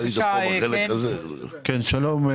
שלום.